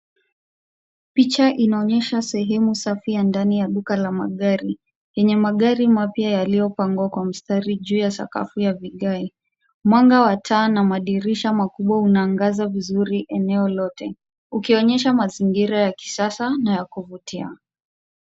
Picha inaonyesha sehemu safi ya ndani ya duka la magari, yenye magari mpya yaliyopangwa kwa mstari juu ya sakafu ya vigae, mwanga wa taa na madirisha makubwa unaangaza vizuri eneo lote, ukionyesha mazingira ya kisasa na ya kuvutia.